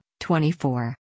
24